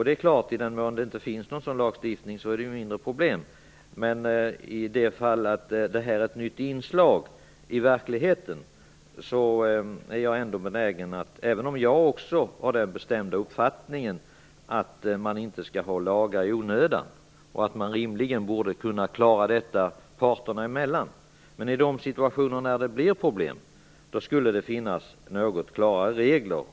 Det är klart att i den mån det inte finns någon sådan lagstiftning, så är det mindre problem. Men detta är är ju ett nytt inslag i verkligheten. Visserligen har jag den bestämda uppfattningen att man inte skall införa lagar i onödan och att man rimligen borde klara av detta parterna emellan. Men i de situationer då problem uppstår skulle det finnas något klarare regler.